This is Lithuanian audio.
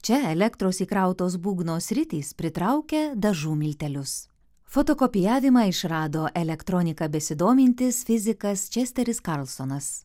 čia elektros įkrautos būgno sritys pritraukia dažų miltelius fotokopijavimą išrado elektronika besidomintis fizikas česteris karlsonas